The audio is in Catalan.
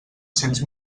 cents